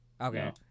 Okay